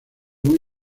muy